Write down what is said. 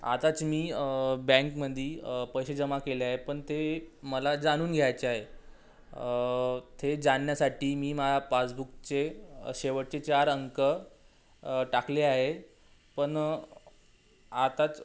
आताच मी बँकमध्ये पैसे जमा केले आहे पण ते मला जाणून घ्यायचे आहे ते जाणण्यासाठी मी माझ्या पासबुकचे शेवटचे चार अंक टाकले आहे पण आताच